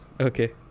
Okay